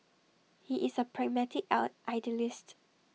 he is A pragmatic elder idealist